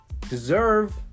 deserve